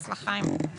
שיהיה בהצלחה עם הפנלים.